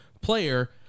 player